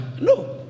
No